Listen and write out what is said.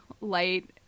light